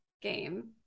game